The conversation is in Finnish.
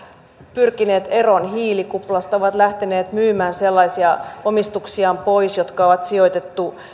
pyrkineet eroon hiilikuplasta ovat lähteneet myymään pois sellaisia omistuksiaan jotka on sijoitettu